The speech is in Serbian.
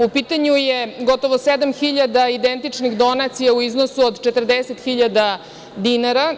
U pitanju je gotovo 7.000 identičnih donacija u iznosu od 40.000 dinara.